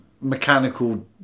mechanical